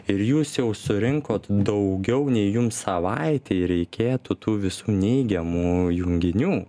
ir jūs jau surinkot daugiau nei jum savaitei reikėtų tų visų neigiamų junginių